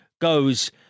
goes